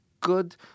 good